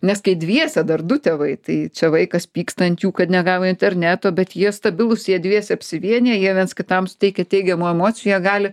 nes kai dviese dar du tėvai tai čia vaikas pyksta ant jų kad negavo interneto bet jie stabilūs jie dviese apsivieniję jie viens kitam suteikia teigiamų emocijų jie gali